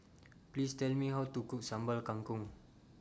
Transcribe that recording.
Please Tell Me How to Cook Sambal Kangkong